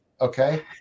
Okay